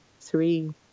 three